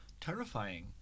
terrifying